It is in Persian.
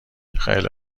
خیلی